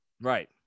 Right